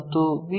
ಮತ್ತು ವಿ